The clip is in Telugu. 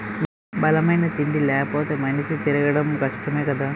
బలమైన తిండి లేపోతే మనిషి తిరగడం కష్టమే కదా